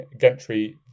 Gentry